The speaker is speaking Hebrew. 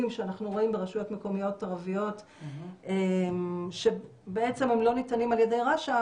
שאנחנו רואים ברשויות מקומיות ערביות שבעצם הם לא ניתנים על ידי רש"א,